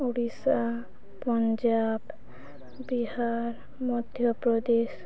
Odisha Punjab Bihar Madhya Pradesh